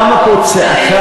קמה פה צעקה,